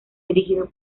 dirigido